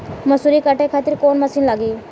मसूरी काटे खातिर कोवन मसिन लागी?